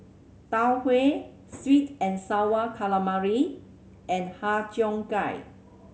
Tau Huay sweet and Sour Calamari and Har Cheong Gai